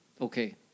Okay